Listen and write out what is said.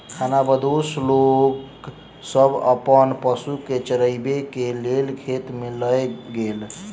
खानाबदोश लोक सब अपन पशु के चरबै के लेल खेत में लय गेल